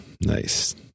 Nice